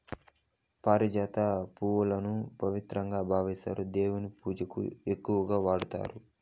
పారిజాత పువ్వులను పవిత్రంగా భావిస్తారు, దేవుని పూజకు ఎక్కువగా వాడతారు